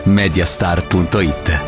mediastar.it